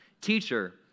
Teacher